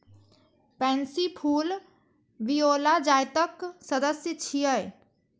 pansy फूल viola जातिक सदस्य छियै